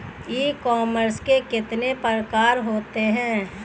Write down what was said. ई commerce के कितने प्रकार होते हैं?